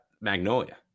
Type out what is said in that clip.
Magnolia